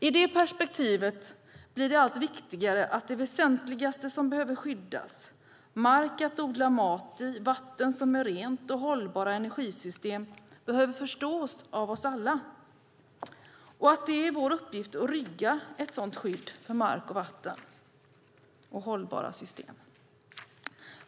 I det perspektivet blir det allt viktigare att det väsentligaste som behöver skyddas - mark att odla mat i, vatten som är rent och hållbara energisystem - behöver förstås av oss alla och att det är vår uppgift att rigga ett sådant skydd för mark och vatten och hållbara system.